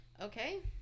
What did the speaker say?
Okay